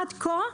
עד כה,